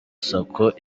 sacco